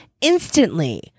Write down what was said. instantly